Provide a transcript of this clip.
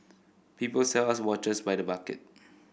people sell us watches by the bucket